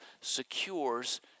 secures